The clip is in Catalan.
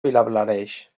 vilablareix